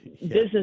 business